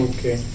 Okay